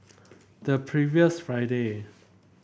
the previous Friday